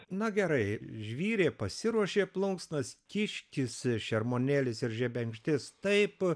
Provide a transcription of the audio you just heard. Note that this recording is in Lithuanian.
na gerai žvyrė pasiruošė plunksnas kiškis šermuonėlis ir žebenkštis taip